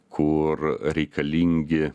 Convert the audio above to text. kur reikalingi